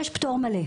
יש פטור מלא.